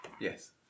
Yes